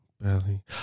Belly